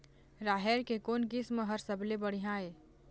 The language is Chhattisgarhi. राहेर के कोन किस्म हर सबले बढ़िया ये?